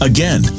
Again